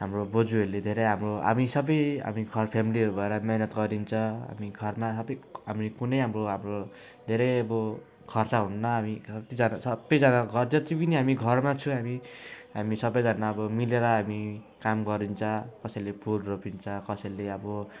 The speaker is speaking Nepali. हाम्रो बोजूहरूले धेरै अब हामी सबै हामी घर फेमिलीहरू भएर मिहिनेत गरिन्छ हामी घरमा अलिक हामी कुनै अब हाम्रो अब धेरै अब खर्च हुन्न हामी कतिजना छ सबैजना जति पनि हामी घरमा छु हामी हामी सबैजना अब मिलेर हामी काम गरिन्छ कसैले फुल रोपिन्छ कसैले अब